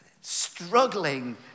struggling